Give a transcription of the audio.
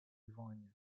livonia